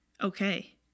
Okay